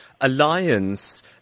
alliance